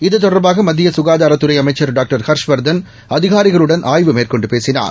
இத்தொடர்பாக மத்திய க்காதாரத்துறை அமைச்ச் டாக்டர் ஹர்ஷவர்தன் அதிகாரிகளுடன் ஆய்வு மேற்கொண்டு பேசினார்